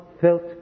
felt